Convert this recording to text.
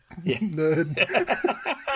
nerd